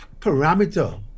parameter